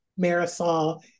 Marisol